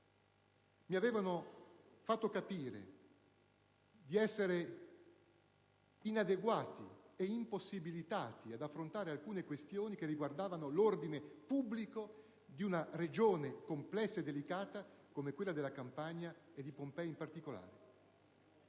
mi avevano fatto capire di essere inadeguati ed impossibilitati ad affrontare alcune questioni che riguardavano l'ordine pubblico in un territorio complesso e delicato com'è quello campano, e quello di Pompei in particolare.